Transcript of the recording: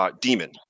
demon